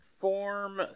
form